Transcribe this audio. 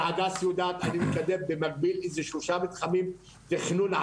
הדס יודעת שאני מקדם במקביל איזה שלושה מתחמים לתכנון,